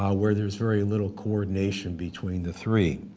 ah where there's very little coordination between the three.